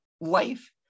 life